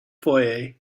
foyer